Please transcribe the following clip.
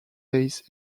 days